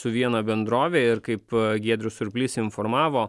su viena bendrove ir kaip giedrius surplys informavo